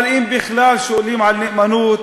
אבל אם בכלל שואלים על נאמנות,